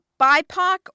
BIPOC